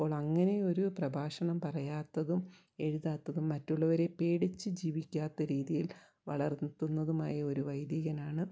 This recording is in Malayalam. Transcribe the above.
അപ്പോൾ അങ്ങനെ ഒരു പ്രഭാഷണം പറയാത്തതും എഴുതാത്തതും മറ്റുള്ളവരെ പേടിച്ച് ജീവിക്കാത്ത രീതിയിൽ വളർന്നുത്തുന്നതുമായ ഒരു വൈദീകനാണ്